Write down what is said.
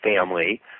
family